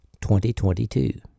2022